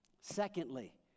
Secondly